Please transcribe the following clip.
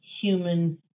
human